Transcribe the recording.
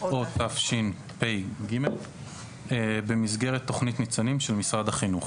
או תשפ"ג במסגרת תוכנית ניצנים של משרד החינוך.".